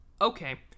Okay